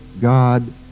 God